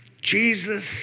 Jesus